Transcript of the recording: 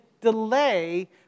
delay